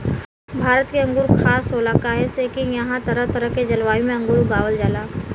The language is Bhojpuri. भारत के अंगूर खास होला काहे से की इहां तरह तरह के जलवायु में अंगूर उगावल जाला